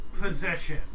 possession